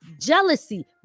Jealousy